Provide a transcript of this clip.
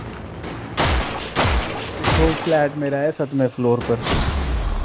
दिक्खो फ्लैट मेरा ऐ सतमें फ्लोर उप्पर